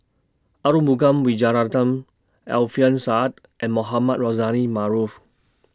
Arumugam Vijiaratnam Alfian Sa'at and Mohamed Rozani Maarof